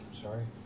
Sorry